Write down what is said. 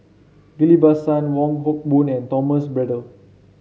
Ghillie Basan Wong Hock Boon and Thomas Braddell